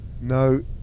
No